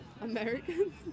Americans